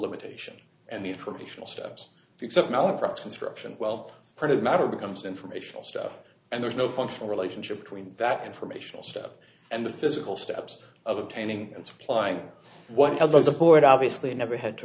limitation and the informational steps except malaprops construction well printed matter becomes informational stuff and there's no functional relationship between that informational stuff and the physical steps of obtaining and supplying what has the support obviously never had to